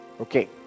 okay